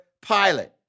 Pilate